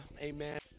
amen